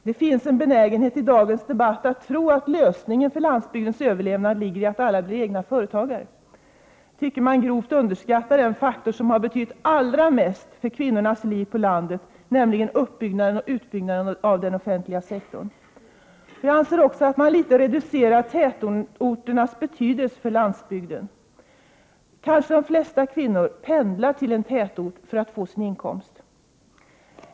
Det finns i dagens debatt en benägenhet att tro att lösningen på problemet med landsbygdens överlevnad ligger i att alla blir egna företagare. Jag tycker att man grovt underskattar den faktor som betytt allra mest för kvinnornas liv på landet, nämligen uppbyggnaden och utbyggnaden av den offentliga sektorn. Jag anser också att man reducerar tätorternas betydelse för landsbygden. Kanske de flesta kvinnor pendlar till en tätort för att där få sin inkomst.